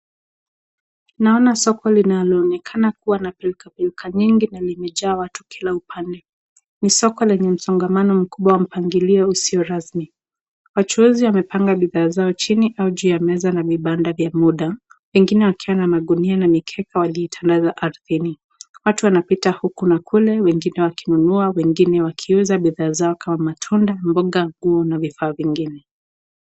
Naona soko linaloonekana kuwa na pilka pilka nyingi na limejaa watu kila upande, ni soko lenye msongamano mkubwa wa mpangilio usio rasmi wachuuzi wamepanga bidha zao chini au juu ya meza na vibanda vya mda wengine wakiwa na magunia na mikeka waliitandaza ardhini watu wanapita huku na kule wengine wakinunua wengine wakiuza bidhaa zao kama matunda, mboga, nguo na vifaa vingine.